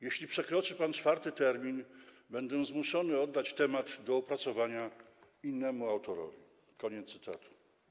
Jeśli przekroczy pan czwarty termin, będę zmuszony oddać temat do opracowania innemu autorowi, koniec cytatu.